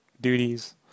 duties